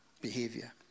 behavior